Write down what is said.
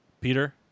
Peter